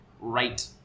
right